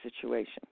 situation